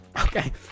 Okay